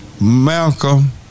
Malcolm